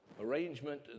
Arrangement